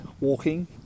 walking